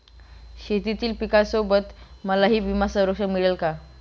शेतीतील पिकासोबत मलाही विमा संरक्षण मिळेल का?